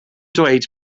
dweud